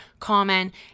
comment